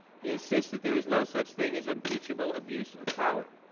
he insists that there is no such thing as impeachable abuse of power.